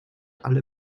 alle